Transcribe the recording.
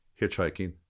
hitchhiking